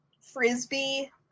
Frisbee